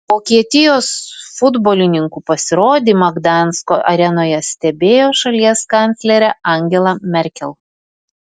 vokietijos futbolininkų pasirodymą gdansko arenoje stebėjo šalies kanclerė angela merkel